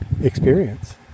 experience